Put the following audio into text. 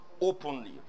openly